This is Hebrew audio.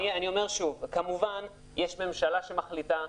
אני אומר שוב כמובן שיש ממשלה שמחליטה,